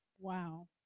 Wow